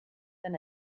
that